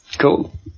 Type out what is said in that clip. Cool